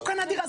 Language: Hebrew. הוא קנה דירה.